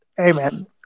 Amen